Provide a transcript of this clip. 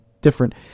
different